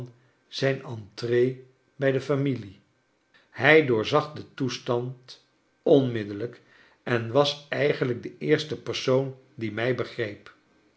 zijn entree bij de familie hij doorzag den toestand onmiddellijk en was eigenlijk de eerste persoon die mij begreep